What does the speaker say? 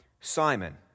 Simon